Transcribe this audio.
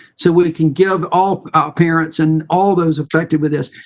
so we we can give all parents and all those affected with this,